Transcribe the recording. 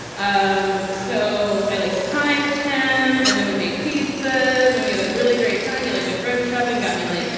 um so i, like, surprised him, and then we made pizzas, and we had a really great time. he, like, went grocery shopping, got me, like,